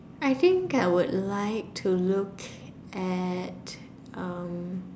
I think I would like to look at um